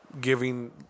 giving